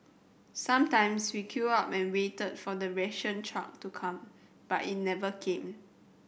sometimes we queued up and waited for the ration truck to come but it never came